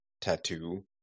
tattoo